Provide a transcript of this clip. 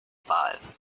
five